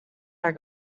are